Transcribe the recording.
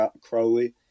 Crowley